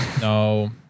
No